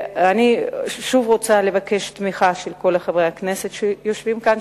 אני שוב רוצה לבקש תמיכה של כל חברי הכנסת שיושבים כאן,